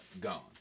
gone